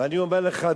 ואני אומר לך,